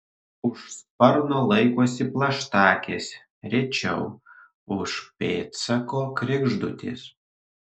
už sparno laikosi plaštakės rečiau už pėdsako kregždutės